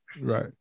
Right